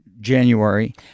January